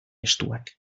estuak